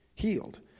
healed